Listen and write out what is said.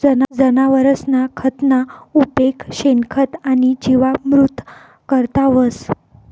जनावरसना खतना उपेग शेणखत आणि जीवामृत करता व्हस